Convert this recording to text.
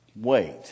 wait